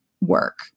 work